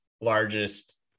largest